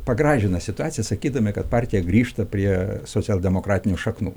pagražina situaciją sakydami kad partija grįžta prie socialdemokratinių šaknų